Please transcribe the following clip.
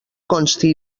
consti